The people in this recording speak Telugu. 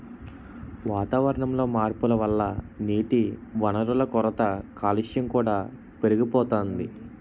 వాతావరణంలో మార్పుల వల్ల నీటివనరుల కొరత, కాలుష్యం కూడా పెరిగిపోతోంది